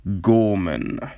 Gorman